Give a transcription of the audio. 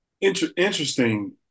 interesting